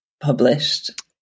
published